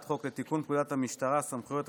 חוק לתיקון פקודת המשטרה (סמכויות),